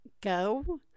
go